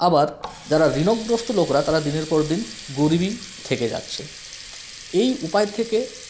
আবার যারা ঋণগ্রস্ত লোকরা তারা দিনের পর দিন গরিবই থেকে যাচ্ছে এই উপায় থেকে